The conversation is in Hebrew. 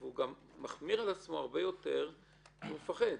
הוא גם מחמיר עם עצמו הרבה יותר כי הוא מפחד.